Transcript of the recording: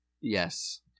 Yes